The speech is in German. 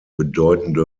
bedeutende